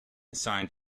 assigned